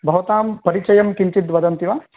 भवतां परिचयं किञ्चित् वदन्ति वा